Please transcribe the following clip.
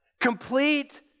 Complete